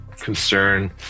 concern